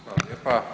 Hvala lijepa.